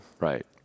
Right